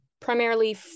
Primarily